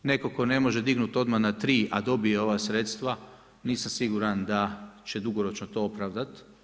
Netko tko ne može dignuti odmah na 3 a dobije ova sredstva, nisam siguran da će dugoročno to opravdati.